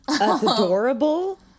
Adorable